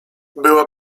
była